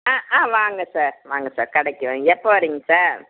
ஆ ஆ வாங்க சார் வாங்க சார் கடைக்கு வாங்க எப்போ வரீங்க சார்